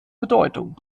bedeutung